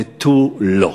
ותו לא.